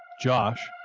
Josh